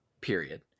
Period